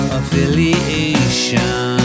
affiliation